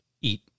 eat